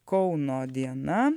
kauno diena